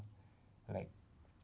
like